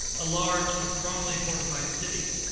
a large and strongly-fortified city,